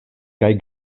kaj